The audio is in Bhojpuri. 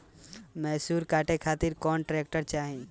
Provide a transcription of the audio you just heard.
मैसूर काटे खातिर कौन ट्रैक्टर चाहीं?